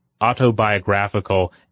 autobiographical